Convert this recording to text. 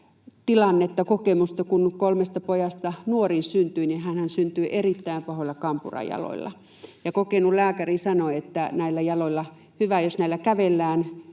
tilannetta, kokemusta. Kun kolmesta pojasta nuorin syntyi, niin hänhän syntyi erittäin pahoilla kampurajaloilla, ja kokenut lääkäri sanoi, että hyvä, jos näillä jaloilla kävellään,